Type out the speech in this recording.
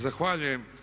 Zahvaljujem.